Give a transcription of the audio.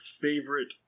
favorite